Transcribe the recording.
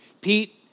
Pete